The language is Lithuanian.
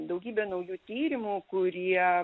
daugybė naujų tyrimų kurie